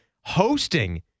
hosting